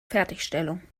fertigstellung